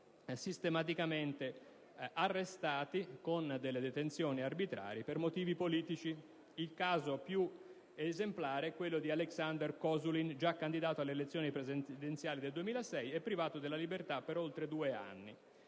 sistematicamente arrestati con detenzioni arbitrarie per motivi politici. Il caso più esemplare è quello di Alexander Kozulin, già candidato alle elezioni presidenziali nel 2006 e privato della libertà per oltre due anni.